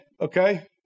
okay